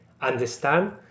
understand